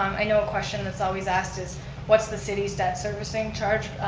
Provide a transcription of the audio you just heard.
i know a question that's always asked is what's the city's debt servicing charge?